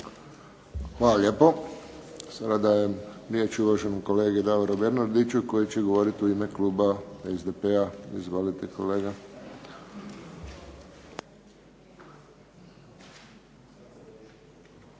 Hvala lijepo. Predajem riječ uvaženom kolegi Davoru Bernardiću, koji će govoriti u ime kluba SDP-a. Izvolite kolega.